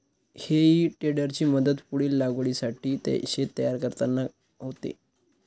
हेई टेडरची मदत पुढील लागवडीसाठी शेत तयार करताना होते